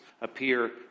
appear